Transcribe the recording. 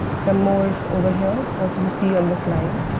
some more over here, what you see on the slide